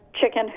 chicken